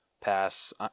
pass